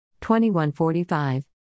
2145